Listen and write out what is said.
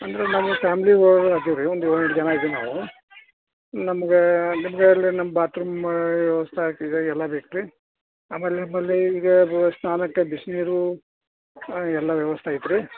ಅಂದರೆ ನಾವು ಫ್ಯಾಮ್ಲಿ ವ ಅದೀವಿ ರೀ ಒಂದು ಏಳೆಂಟು ಜನ ಇದ್ದೀವೊ ನಾವು ನಮ್ಗೆ ನಿಮ್ಗೆ ಅಲ್ಲಿ ನಮ್ಮ ಬಾತ್ರೂಮ್ ವ್ಯವಸ್ಥೆ ಆಗ್ತಿದೆ ಎಲ್ಲ ಬೇಕು ರೀ ಆಮೇಲೆ ನಮ್ಮಲ್ಲಿ ಈಗ ಅದು ಸ್ನಾನಕ್ಕೆ ಬಿಸಿನೀರು ಎಲ್ಲ ವ್ಯವಸ್ಥೆ ಐತೆ ರೀ